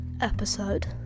episode